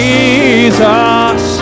Jesus